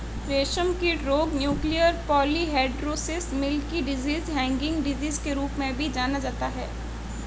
रेशमकीट रोग nuclear polyhedrosis, milky disease, hanging disease के रूप में भी जाना जाता है